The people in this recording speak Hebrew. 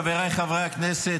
חבריי חברי הכנסת,